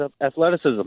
athleticism